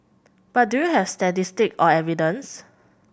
but do you have statistics or evidence